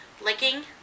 Licking